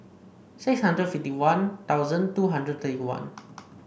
six hundred fifty One Thousand two hundred thirty one